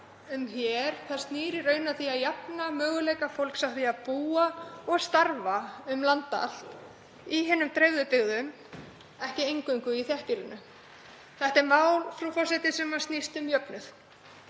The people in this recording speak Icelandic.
um hér snýr í raun að því að jafna möguleika fólks á því að búa og starfa um land allt í hinum dreifðu byggðum, ekki eingöngu í þéttbýlinu. Þetta er mál sem snýst um jöfnuð.